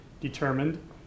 determined